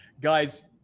guys